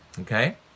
Okay